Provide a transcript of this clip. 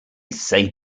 say